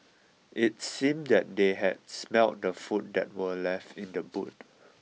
it seemed that they had smelt the food that were left in the boot